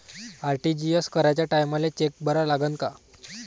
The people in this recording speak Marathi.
आर.टी.जी.एस कराच्या टायमाले चेक भरा लागन का?